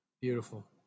Beautiful